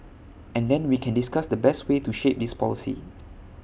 and then we can discuss the best way to shape this policy